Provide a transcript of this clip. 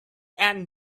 end